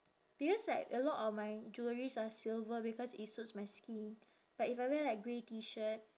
because like a lot of my jewelleries are silver because it suits my skin but if I wear like grey T shirt